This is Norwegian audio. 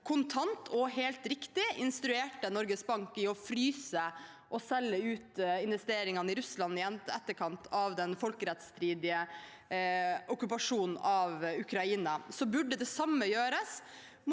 kontant og helt riktig instruerte Norges Bank om å fryse og selge ut investeringene i Russland i etterkant av den folkerettsstridige okkupasjonen av Ukraina, burde det gjøres